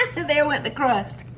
there went the crust.